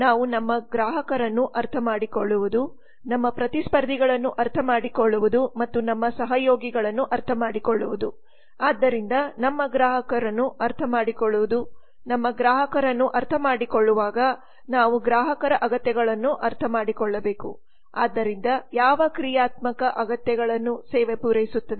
ನಾವು ನಮ್ಮ ಗ್ರಾಹಕರನ್ನು ಅರ್ಥಮಾಡಿಕೊಳ್ಳುವುದು ನಮ್ಮ ಪ್ರತಿಸ್ಪರ್ಧಿಗಳನ್ನು ಅರ್ಥಮಾಡಿಕೊಳ್ಳುವುದು ಮತ್ತು ನಮ್ಮ ಸಹಯೋಗಿಗಳನ್ನು ಅರ್ಥಮಾಡಿಕೊಳ್ಳುವುದು ಆದ್ದರಿಂದ ನಮ್ಮ ಗ್ರಾಹಕರನ್ನು ಅರ್ಥಮಾಡಿಕೊಳ್ಳುವುದು ನಮ್ಮ ಗ್ರಾಹಕರನ್ನು ಅರ್ಥಮಾಡಿಕೊಳ್ಳುವಾಗ ನಾವು ಗ್ರಾಹಕರ ಅಗತ್ಯಗಳನ್ನು ಅರ್ಥಮಾಡಿಕೊಳ್ಳಬೇಕು ಆದ್ದರಿಂದ ಯಾವ ಕ್ರಿಯಾತ್ಮಕ ಅಗತ್ಯಗಳನ್ನುಸೇವೆ ಪೂರೈಸುತ್ತದೆ